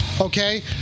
Okay